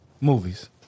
Movies